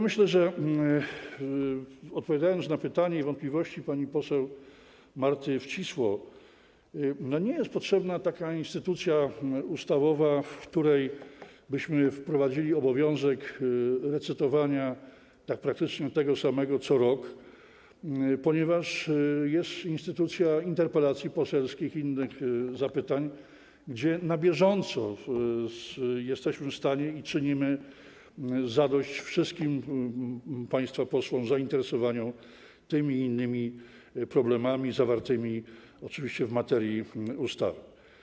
Myślę, odpowiadając na pytanie i wątpliwości pani poseł Marty Wcisło, że nie jest potrzebna taka instytucja ustawowa, w której wprowadzilibyśmy obowiązek recytowania praktycznie tego samego co rok, ponieważ jest instytucja interpelacji poselskich i innych zapytań, gdzie na bieżąco jesteśmy w stanie czynić zadość wszystkim państwa posłów zainteresowaniom tymi i innymi problemami zawartymi oczywiście w materii ustawy.